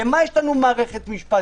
למה יש לנו את מערכת המשפט?